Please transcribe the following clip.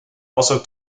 also